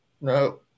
No